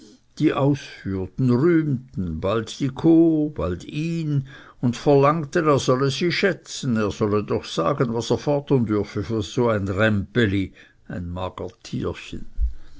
die ausführten rühmten bald die kuh bald ihn und verlangten er solle sie schätzen er solle doch sagen was er fordern dürfe für so ein rämpeli uli